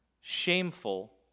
shameful